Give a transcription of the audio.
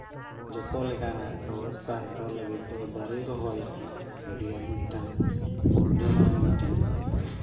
ᱡᱚᱛᱚ ᱞᱮᱠᱟᱱᱟᱜ ᱵᱮᱵᱚᱥᱛᱟ ᱦᱟᱛᱟᱣ ᱞᱟᱜᱤᱫ ᱫᱚ ᱫᱟᱨᱮ ᱨᱚᱦᱚᱭ ᱟ ᱰᱤ ᱟᱸᱴ ᱢᱤᱫᱴᱟᱝ ᱟ ᱰᱤ ᱢᱟᱨᱟᱝ ᱢᱤᱫᱴᱟᱝ